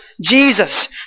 Jesus